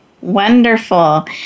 Wonderful